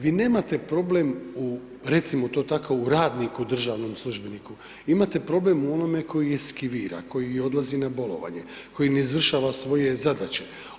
Vi nemate problem u, recimo to tako, u radniku državnom službeniku, imate problem u onome tko eskivira, koji odlazi na bolovanje, koji ne izvršava svoje zadaće.